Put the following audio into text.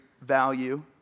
value